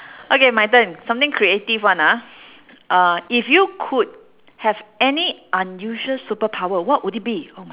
okay my turn something creative [one] ah uh if you could have any unusual superpower what would it be oh